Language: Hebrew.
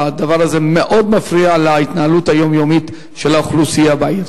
הדבר הזה מאוד מפריע להתנהלות היומיומית של האוכלוסייה בעיר.